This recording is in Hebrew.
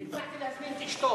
חבר הכנסת טיבי,